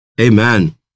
Amen